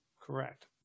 Correct